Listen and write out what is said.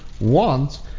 want